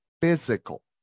physical